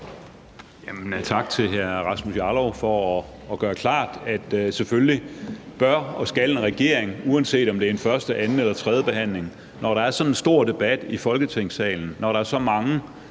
Tak til hr. Rasmus Jarlov for at gøre klart, at regeringen, uanset om det er en første-, anden- eller tredjebehandling, når der er sådan en stor debat i Folketingssalen, og når der er så mange